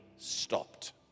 stopped